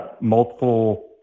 multiple